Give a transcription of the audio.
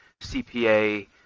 CPA